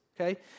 okay